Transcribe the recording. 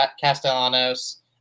Castellanos